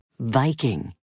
Viking